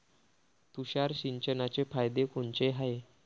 तुषार सिंचनाचे फायदे कोनचे हाये?